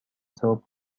صبح